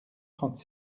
trente